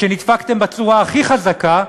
שנדפקתם בצורה הכי חזקה,